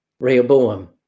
Rehoboam